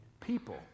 people